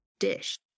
dish